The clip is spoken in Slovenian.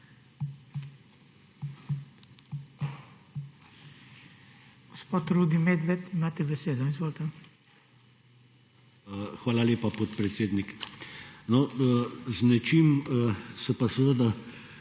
Hvala lepa, podpredsednik. Z nečim se pa seveda